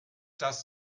das